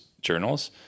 journals